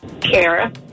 Kara